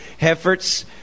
efforts